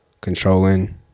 controlling